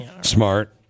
Smart